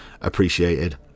appreciated